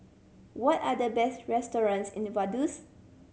what are the best restaurants in Vaduz